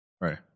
right